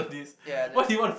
yeah this